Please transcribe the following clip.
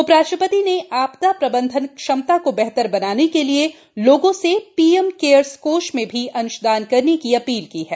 उपराष्ट्रपति ने आपदा प्रबंधन क्षमता को बेहतर बनाने के लिए लोगों से पीएम केयर्स कोष में भी अंशदान करने की अपील की है